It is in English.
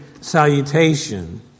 salutation